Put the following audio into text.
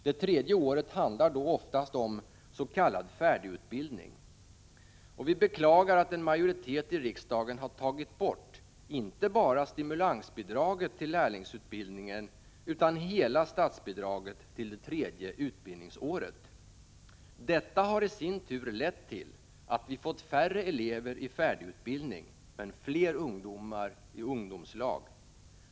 Det tredje året handlar då oftast om s.k. färdigutbildning. Vi beklagar att en majoritet i riksdagen har tagit bort inte bara stimulansbidraget till lärlingsutbildningen utan även hela statsbidraget till det tredje utbildningsåret. Detta har i sin tur lett till att vi fått färre elever i färdigutbildning men fler ungdomar i ungdomslag.